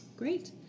Great